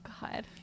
God